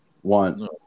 One